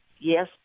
yes